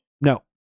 no